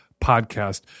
podcast